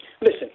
Listen